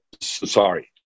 sorry